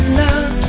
love